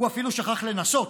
הוא אפילו שכח לנסות.